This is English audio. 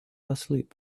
asleep